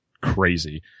crazy